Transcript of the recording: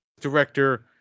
director